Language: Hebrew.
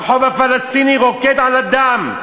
הרחוב הפלסטיני רוקד על הדם,